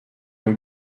ont